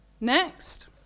next